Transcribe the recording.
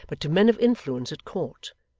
but to men of influence at court,